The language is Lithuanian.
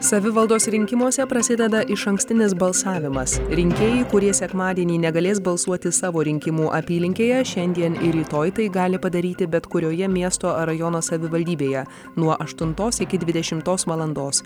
savivaldos rinkimuose prasideda išankstinis balsavimas rinkėjai kurie sekmadienį negalės balsuoti savo rinkimų apylinkėje šiandien ir rytoj tai gali padaryti bet kurioje miesto ar rajono savivaldybėje nuo aštuntos iki dvidešimtos valandos